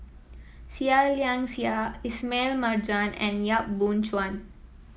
Seah Liang Seah Ismail Marjan and Yap Boon Chuan